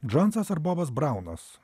džonsas ar bobas braunas